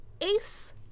Ace